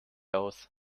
aus